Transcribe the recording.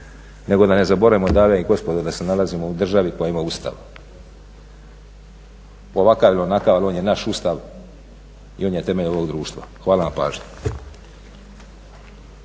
nego da ne zaboravimo dame i gospodo da se nalazimo u državi koja ima Ustav. Ovakav ili onakav, ali on je naš Ustav i on je temelj ovog društva. Hvala na pažnji.